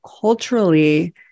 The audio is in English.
culturally